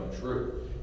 true